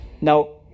Now